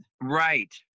Right